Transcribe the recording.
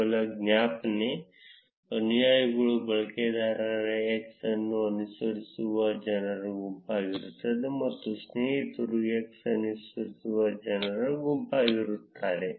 ಕೇವಲ ಜ್ಞಾಪನೆ ಅನುಯಾಯಿಗಳು ಬಳಕೆದಾರ x ಅನ್ನು ಅನುಸರಿಸುವ ಜನರ ಗುಂಪಾಗಿರುತ್ತಾರೆ ಮತ್ತು ಸ್ನೇಹಿತರು x ಅನುಸರಿಸುವ ಜನರ ಗುಂಪಾಗಿರುತ್ತಾರೆ